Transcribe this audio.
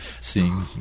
seeing